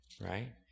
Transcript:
right